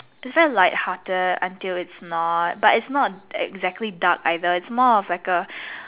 it's very light hearted until it's not but it's not exactly dark either it's more of like a